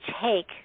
take